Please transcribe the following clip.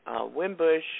Wimbush